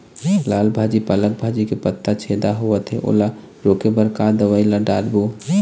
लाल भाजी पालक भाजी के पत्ता छेदा होवथे ओला रोके बर का दवई ला दारोब?